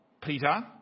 Peter